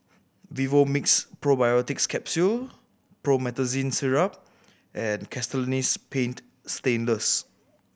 Vivomixx Probiotics Capsule Promethazine Syrup and Castellani's Paint Stainless